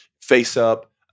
face-up